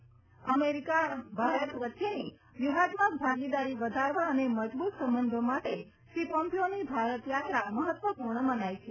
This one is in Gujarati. ભારત અમેરિકા વચ્ચેની વ્યૂહાત્મક ભાગીદારી વધારવા અને મજબૂત સંબંધો માટે શ્રી પોમ્પીઓની ભારત યાત્રા મહત્વપૂર્ણ મનાય છે